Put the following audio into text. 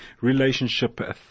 relationship